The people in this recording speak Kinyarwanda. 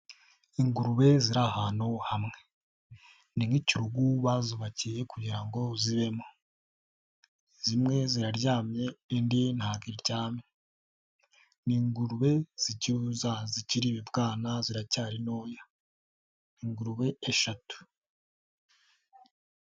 Ingurube ziri ahantu hamwe. Ni nk'ikirugu bazubakiye kugira ngo zibemo, zimwe ziraryamye, indi ntabwo iryamye, ni ingurubeza zikiri ibibwana ziracyari ntoya, ingurube eshatu.